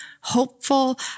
hopeful